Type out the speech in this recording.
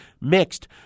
mixed